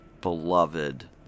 beloved